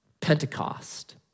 Pentecost